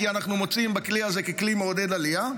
כי אנחנו מוצאים בכלי הזה כלי מעודד עלייה,